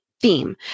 theme